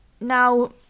Now